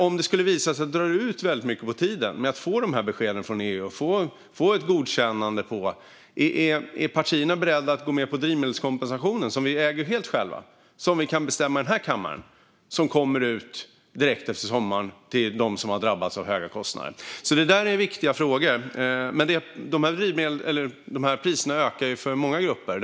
Om det skulle visa sig att det drar ut väldigt mycket på tiden med att få besked och godkännanden från EU, är partierna då beredda att gå med på drivmedelskompensationen, som vi äger helt själva, som vi kan bestämma om i den här kammaren och som kommer ut direkt efter sommaren till dem som har drabbats av höga kostnader? Det här är viktiga frågor. Priserna ökar ju för många grupper.